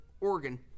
Oregon